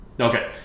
Okay